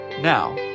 Now